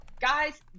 guys